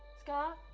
scott?